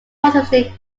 positively